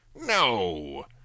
No